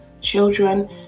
children